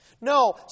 No